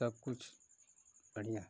सब कुछ बढ़िया